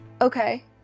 Okay